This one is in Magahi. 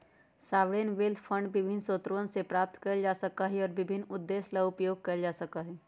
सॉवरेन वेल्थ फंड विभिन्न स्रोतवन से प्राप्त कइल जा सका हई और विभिन्न उद्देश्य ला उपयोग कइल जा सका हई